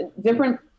different